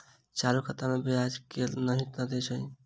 चालू खाता मे ब्याज केल नहि दैत अछि